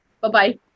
Bye-bye